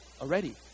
already